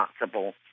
responsible